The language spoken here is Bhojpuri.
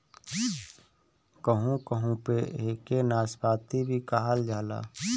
कहू कहू पे एके नाशपाती भी कहल जाला